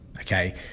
Okay